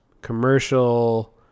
Commercial